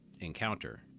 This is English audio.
encounter